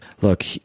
look